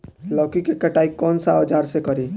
लौकी के कटाई कौन सा औजार से करी?